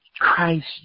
Christ